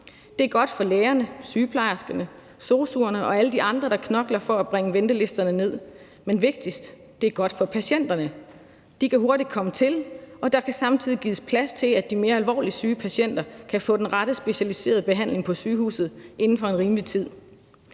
Det er godt for lægerne, sygeplejerskerne, sosu'erne og alle de andre, der knokler for at bringe ventelisterne ned. Men vigtigst: Det er godt for patienterne. De kan hurtigt komme til, og der kan samtidig gives plads til, at de mere alvorligt syge patienter kan få den rette specialiserede behandling på sygehuset inden for en rimelig tid.